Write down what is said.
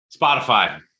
Spotify